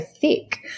thick